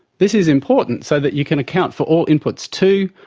this is important so that you can account for all inputs to,